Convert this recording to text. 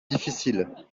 difficile